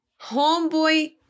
homeboy